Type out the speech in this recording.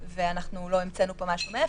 ולא המצאנו פה משהו מאפס,